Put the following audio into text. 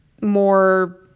more